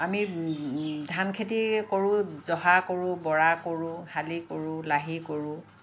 আমি ধান খেতি কৰোঁ জহা কৰোঁ বৰা কৰোঁ শালি কৰোঁ লাহি কৰোঁ